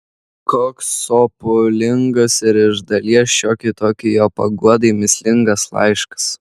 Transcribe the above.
koks sopulingas ir iš dalies šiokiai tokiai jo paguodai mįslingas laiškas